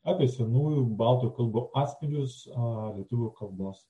apie senųjų baltų kalbų atspalvius a lietuvių kalbos